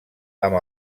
amb